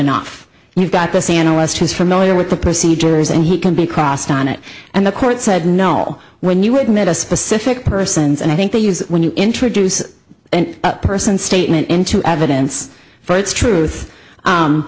enough you've got this analyst who's familiar with the procedures and he can be crossed on it and the court said no when you would need a specific persons and i think they use when you introduce a person statement into evidence for its truth